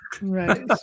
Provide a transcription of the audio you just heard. right